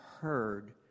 heard